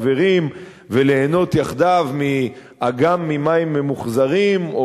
החברים וליהנות יחדיו מאגם עם מים ממוחזרים,